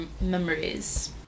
memories